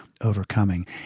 overcoming